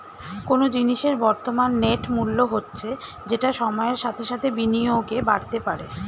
কোনো জিনিসের বর্তমান নেট মূল্য হচ্ছে যেটা সময়ের সাথে সাথে বিনিয়োগে বাড়তে পারে